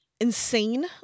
insane